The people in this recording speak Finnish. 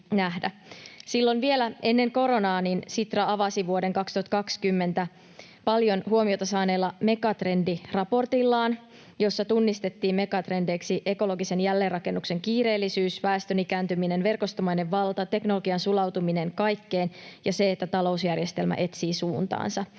Silloin vielä ennen koronaa Sitra avasi vuoden 2020 paljon huomiota saaneella mega-trendiraportillaan, jossa tunnistettiin megatrendeiksi ekologisen jälleenrakennuksen kiireellisyys, väestön ikääntyminen, verkostomainen valta, teknologian sulautuminen kaikkeen ja se, että talousjärjestelmä etsii suuntaansa.